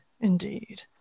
Indeed